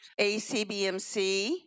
ACBMC